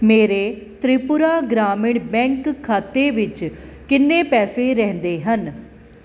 ਮੇਰੇ ਤ੍ਰਿਪੁਰਾ ਗ੍ਰਾਮੀਣ ਬੈਂਕ ਖਾਤੇ ਵਿੱਚ ਕਿੰਨੇ ਪੈਸੇ ਰਹਿੰਦੇ ਹਨ